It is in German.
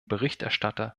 berichterstatter